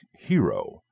hero